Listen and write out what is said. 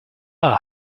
are